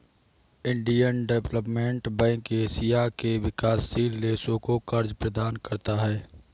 Asian Development Bank Asia के विकासशील देशों को कर्ज प्रदान करता है